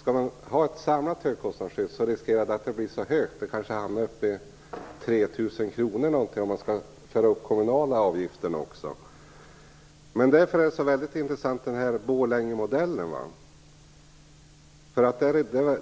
Skall man ha ett samlat högkostnadsskydd riskerar det nämligen att bli högt. Det kan hamna på upp till 3 000 kronor om man också skall föra upp kommunala avgifter. Därför är den s.k. Borlängemodellen så intressant.